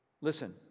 Listen